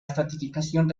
estratificación